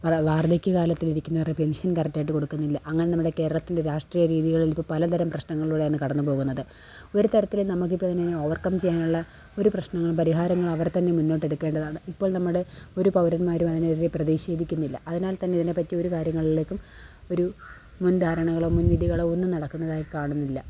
വാർദ്ധക്യ കാലത്തിലിരിക്കുന്നവരുടെ പെൻഷൻ കറക്റ്റായിട്ടു കൊടുക്കുന്നില്ല അങ്ങനെ നമ്മുടെ കേരളത്തിൻ്റെ രാഷ്ട്രീയരീതികളിലിപ്പം പലതരം പ്രശ്നങ്ങളിലൂടെയാണ് കടന്നു പോകുന്നത് ഒരു തരത്തിലും നമക്കിതിങ്ങനെ ഓവർ ക്കം ചെയ്യാനുള്ള ഒരു പ്രശ്നങ്ങളും പരിഹാരങ്ങളും അവർ തന്നെ മുന്നോട്ടെടുക്കേണ്ടതാണ് ഇപ്പോൾ നമ്മുടെ ഒരു പൗരന്മാരും അതിനെതിരെ പ്രതിഷേധിക്കുന്നില്ല അതിനാൽത്തന്നെ ഇതിനേപറ്റി ഒരുകാര്യങ്ങളിലേക്കും ഒരു മുൻധാരണകളോ മുൻവിധികളോ ഒന്നും നടക്കുന്നതായി കാണുന്നില്ല